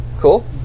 Cool